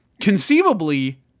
Conceivably